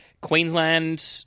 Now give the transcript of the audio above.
Queensland